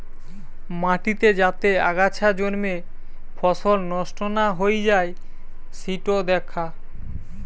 মাটিতে যাতে আগাছা জন্মে ফসল নষ্ট না হৈ যাই সিটো দ্যাখা